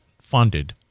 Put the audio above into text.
funded